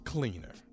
Cleaner